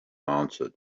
answered